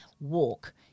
walk